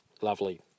Lovely